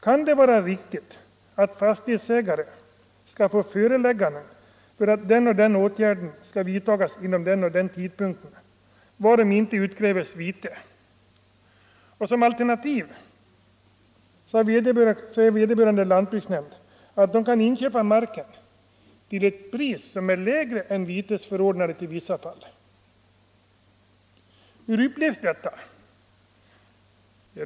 Kan det vara riktigt att fastighetsägare skall få föreläggande om att den och den åtgärden skall vidtagas inom viss tid, varefter utkräves vite? Som alternativ anger vederbörande lantbruksnämnd att den kan inköpa marken till ett pris som i vissa fall är lägre än det belopp som vitesförordnandet avser. Hur upplevs detta?